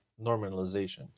normalization